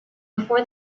before